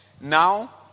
now